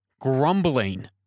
grumbling